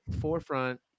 forefront